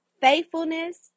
faithfulness